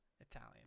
Italian